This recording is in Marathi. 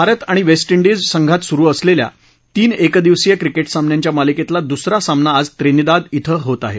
भारत आणि वेस्ट डिज संघात सुरु असलेल्या तीन एकदिवसीय क्रिकेट सामन्यांच्या मालिकेतला दुसरा सामना आज त्रिनिदाद श्विं होत आहे